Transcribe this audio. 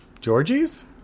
georgie's